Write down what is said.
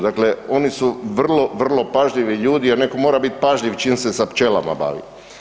Dakle, oni su vrlo, vrlo pažljivi ljudi jer neko mora bit pažljiv čim se sa pčelama bavi.